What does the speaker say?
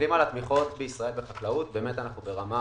כשמסתכלים על התמיכות בישראל בחקלאות אכן אנחנו ברמה